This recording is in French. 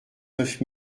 neuf